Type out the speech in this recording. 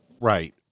Right